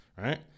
Right